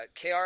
KR